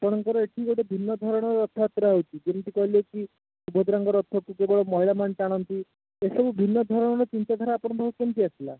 ଆପଣଙ୍କର ଏଠି ଗୋଟେ ଭିନ୍ନ ଧାରଣର ରଥଯାତ୍ରା ହେଉଛି ଯେମିତି କହିଲେ କି ସୁଭଦ୍ରାଙ୍କ ରଥକୁ କେବଳ ମହିଳାମାନେ ଟାଣନ୍ତି ଏ ସବୁ ଭିନ୍ନ ଧରଣର ଚିନ୍ତାଧାରା ଆପଣଙ୍କ ପାଖକୁ କେମିତି ଆସିଲା